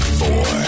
four